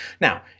Now